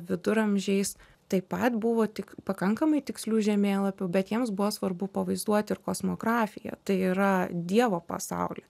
viduramžiais taip pat buvo tik pakankamai tikslių žemėlapių bet jiems buvo svarbu pavaizduoti ir kosmografiją tai yra dievo pasaulį